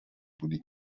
بودی